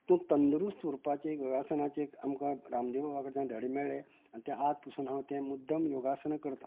तूं तंदरुस्त उरपाचे व्यवसणाचे आमकां एक रामदेव बाबा कडल्यान धडे मेळ्ळे आनी ते आज पसून हांव ते मुद्दम योगासना करता